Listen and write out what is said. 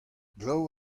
glav